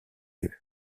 eux